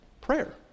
Prayer